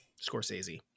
Scorsese